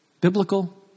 Biblical